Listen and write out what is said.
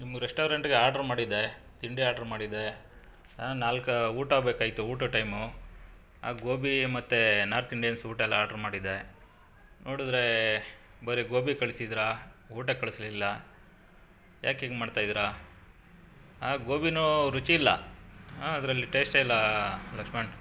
ನಿಮ್ಮ ರೆಸ್ಟೋರೆಂಟ್ಗೆ ಆರ್ಡ್ರ್ ಮಾಡಿದ್ದೆ ತಿಂಡಿ ಆರ್ಡ್ರ್ ಮಾಡಿದ್ದೆ ನಾಲ್ಕು ಊಟ ಬೇಕಾಗಿತ್ತು ಊಟದ್ ಟೈಮು ಆ ಗೋಬಿ ಮತ್ತು ನಾರ್ಥ್ ಇಂಡಿಯನ್ಸ್ ಊಟ ಎಲ್ಲ ಆರ್ಡ್ರ್ ಮಾಡಿದ್ದೆ ನೋಡಿದ್ರೆ ಬರಿ ಗೋಬಿ ಕಳಿಸಿದ್ದೀರಾ ಊಟ ಕಳಿಸ್ಲಿಲ್ಲ ಯಾಕೆ ಹೀಗೆ ಮಾಡ್ತಾ ಇದ್ದೀರಾ ಆ ಗೋಬಿನೂ ರುಚಿ ಇಲ್ಲ ಹಾಂ ಅದರಲ್ಲಿ ಟೇಸ್ಟೇ ಇಲ್ಲ ಲಕ್ಷ್ಮಣ್